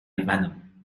venom